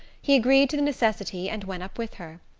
he agreed to the necessity and went up with her.